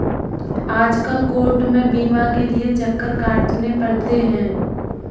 आजकल कोर्ट में बीमा के लिये चक्कर काटने पड़ते हैं